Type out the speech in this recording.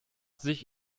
sich